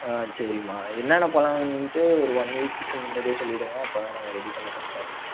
ஆ சரிமா என்னென்ன பழம் வேணுன்ட்டு ஒரு ஒன் வீக்கு முன்னாடியே சொல்லி விடுங்க அப்போதான் நாங்கள் ரெடி பண்ண கரெக்டாக இருக்கும்